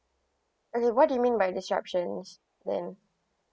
okay what do mean by disruptions then